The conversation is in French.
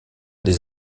des